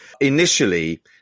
initially